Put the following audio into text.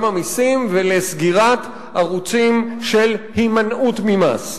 המסים ולסגירת ערוצים של הימנעות ממס.